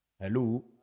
Hello